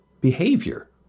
behavior